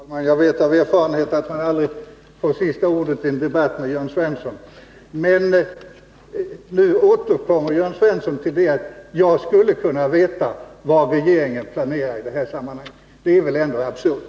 Herr talman! Jag vet av erfarenhet att man aldrig får sista ordet i en debatt med Jörn Svensson. Men nu återkommer Jörn Svensson till att jag skulle kunna veta vad regeringen planerar i detta sammanhang. Det är väl ändå absurt.